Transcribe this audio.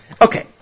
Okay